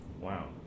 Wow